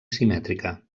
simètrica